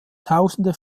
tausende